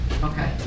Okay